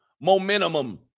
Momentum